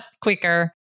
quicker